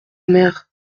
mère